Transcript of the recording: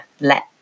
let